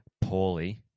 poorly